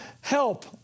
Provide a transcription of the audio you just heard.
help